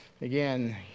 again